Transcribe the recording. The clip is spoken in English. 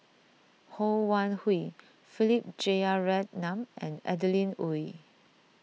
Ho Wan Hui Philip Jeyaretnam and Adeline Ooi